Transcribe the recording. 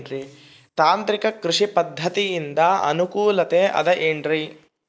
ತಾಂತ್ರಿಕ ಕೃಷಿ ಪದ್ಧತಿಯಿಂದ ಅನುಕೂಲತೆ ಅದ ಏನ್ರಿ?